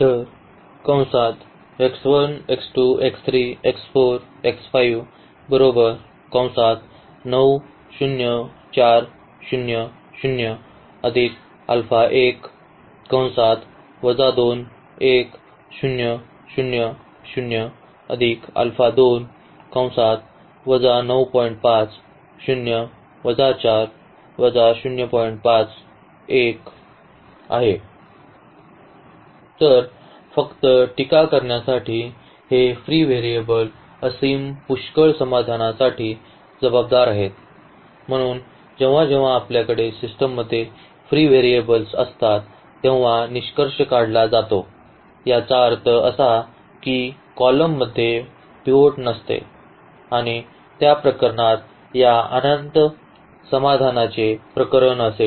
तर फक्त टीका करण्यासाठी हे फ्री व्हेरिएबल असीम पुष्कळ समाधानासाठी जबाबदार आहेत म्हणून जेव्हा जेव्हा आपल्या सिस्टममध्ये फ्री व्हेरिएबल्स असतात तेव्हा निष्कर्ष काढला जातो याचा अर्थ असा की काही columnांमध्ये पिवोट नसते आणि त्या प्रकरणात या अनंत समाधानाचे प्रकरण असेल